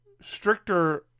stricter